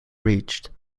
reached